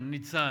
אגב.